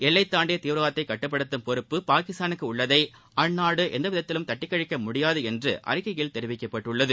எல்லை தாண்டிய தீவிரவாதத்தை கட்டுப்படுத்தும் பொறுப்பு பாகிஸ்தானுக்கு உள்ளதை அந்நாடு எந்த விதத்திலும் தட்டிக்கழிக்க முடியாது என்று அறிக்கையில் கூறப்பட்டுள்ளது